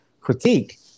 critique